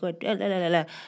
God